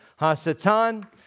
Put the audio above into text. Hasatan